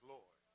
Lord